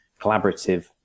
collaborative